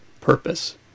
purpose